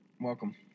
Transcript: Welcome